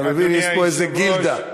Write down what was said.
אתה מבין, יש פה איזו גילדה.